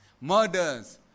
murders